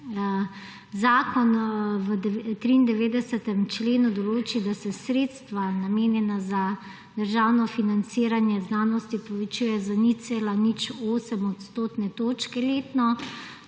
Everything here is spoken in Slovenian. Zakon v 93. členu določi, da se sredstva, namenjena za državno financiranje znanosti, povečuje za 0,08 odstotne točke letno,